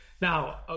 Now